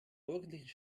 morgendlichen